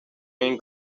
این